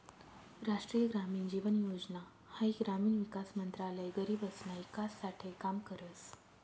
राष्ट्रीय ग्रामीण जीवन योजना हाई ग्रामीण विकास मंत्रालय गरीबसना ईकास साठे काम करस